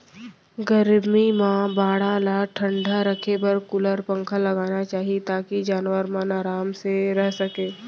गरमी म बाड़ा ल ठंडा राखे बर कूलर, पंखा लगाना चाही ताकि जानवर मन आराम से रह सकें